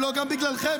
לא, גם בגללכם.